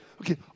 Okay